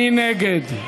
מי נגד?